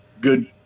good